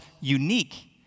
unique